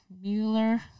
Mueller